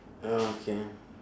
okay